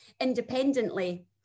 independently